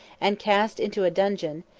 and cast into a dungeon,